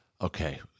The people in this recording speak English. Okay